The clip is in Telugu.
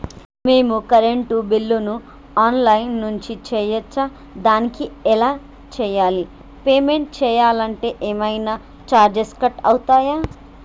మేము కరెంటు బిల్లును ఆన్ లైన్ నుంచి చేయచ్చా? దానికి ఎలా చేయాలి? పేమెంట్ చేయాలంటే ఏమైనా చార్జెస్ కట్ అయితయా?